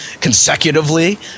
consecutively